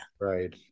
right